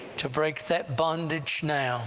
to break that bondage now